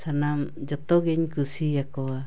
ᱥᱟᱱᱟᱢ ᱡᱚᱛᱚ ᱜᱮᱧ ᱠᱩᱥᱤᱭᱟᱠᱚᱣᱟ